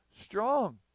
strong